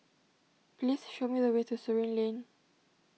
please show me the way to Surin Lane